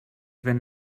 ben